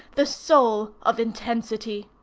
the soul, of intensity.